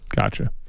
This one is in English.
Gotcha